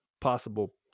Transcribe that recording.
possible